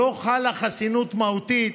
לא חלה חסינות מהותית,